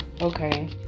Okay